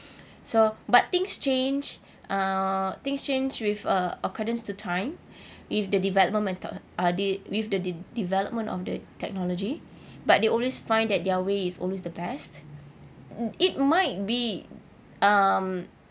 so but things change uh things change with uh accordance to time if the development uh they with the de~ development of the technology but they always find that their way is always the best it might be um